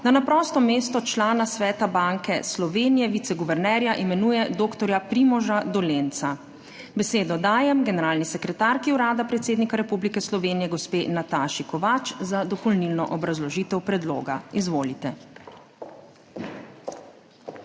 da na prosto mesto člana Sveta banke Slovenije - viceguvernerja imenuje dr. Primoža Dolenca. Besedo dajem generalni sekretarki Urada predsednika Republike Slovenije gospe Nataši Kovač za dopolnilno obrazložitev predloga. Izvolite.